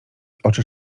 oczy